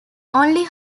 only